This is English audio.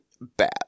bad